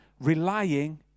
relying